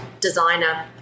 designer